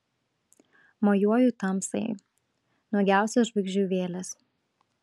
mojuoju tamsai nuogiausios žvaigždžių vėlės